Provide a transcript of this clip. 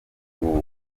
ubu